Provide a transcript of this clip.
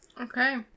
Okay